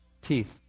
Teeth